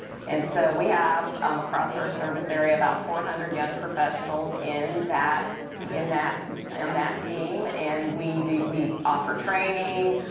and so we have, um across our service area, about four hundred young professionals in that on that um that team. and we do we offer training,